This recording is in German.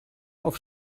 auf